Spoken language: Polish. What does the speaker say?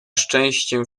szczęściem